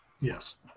Yes